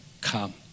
come